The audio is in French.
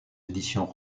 éditions